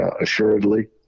assuredly